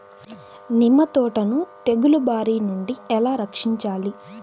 నిమ్మ తోటను తెగులు బారి నుండి ఎలా రక్షించాలి?